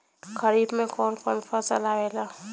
खरीफ में कौन कौन फसल आवेला?